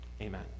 Amen